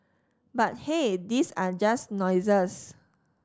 but hey these are just noises